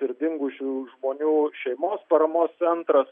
ir dingusių žmonių šeimos paramos centras